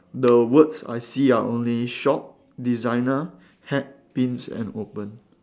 the words I see are only shop designer hat pins and open